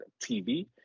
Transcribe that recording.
TV